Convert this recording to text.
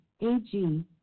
AG